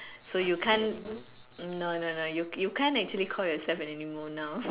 so you can't no no no you you can't actually call yourself an animal now